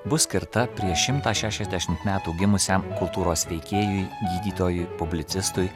bus skirta prieš šimtą šešiasdešimt metų gimusiam kultūros veikėjui gydytojui publicistui